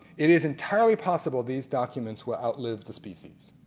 it is entirely possible these document will outlive the species.